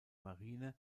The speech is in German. marine